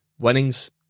Winnings